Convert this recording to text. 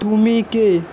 তুমি কে